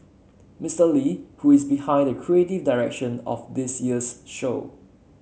Mister Lee who is behind the creative direction of this year's show